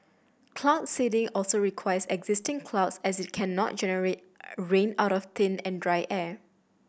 cloud seeding also requires existing clouds as it cannot generate rain out of thin and dry air